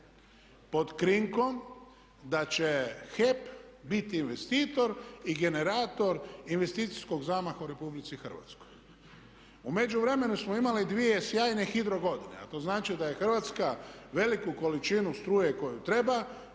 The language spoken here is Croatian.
pod krinkom da će HEP biti investitor i generator investicijskog zamaha u Republici Hrvatskoj. U međuvremenu smo imali dvije sjajne hidro godine, a to znači da je Hrvatska veliku količinu struje koju treba